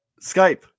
Skype